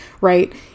right